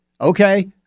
Okay